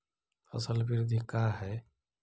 फसल वृद्धि का है?